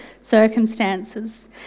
circumstances